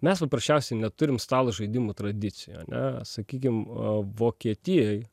mes paprasčiausiai neturim stalo žaidimų tradicijų ane sakykim a vokietijoj